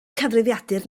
cyfrifiadur